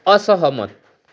असहमत